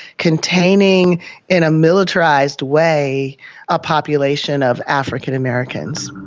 containing in a militarised way a population of african-americans.